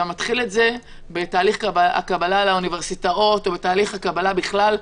אתה מתחיל את זה בתהליך הקבלה לאוניברסיטאות או בתהליך הקבלה בכלל,